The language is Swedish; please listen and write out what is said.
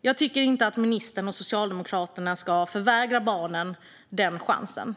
Jag tycker inte att ministern och Socialdemokraterna ska förvägra barnen den chansen.